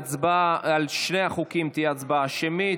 ההצבעה על שני החוקים תהיה הצבעה שמית.